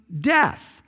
death